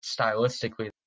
stylistically